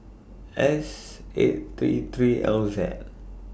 S eight three three L Z